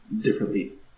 differently